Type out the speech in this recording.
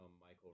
Michael